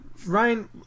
Ryan